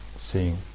seeing